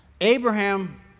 Abraham